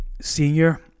senior